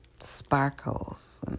sparkles